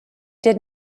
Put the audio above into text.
did